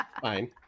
Fine